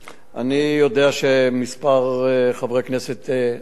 אני יודע שכמה חברי כנסת היו שם.